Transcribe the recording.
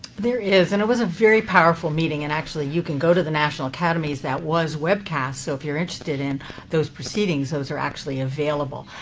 there is. and it was a very powerful meeting. and actually, you can go to the national academies. that was webcast, so if you're interested in those proceedings, those are actually available.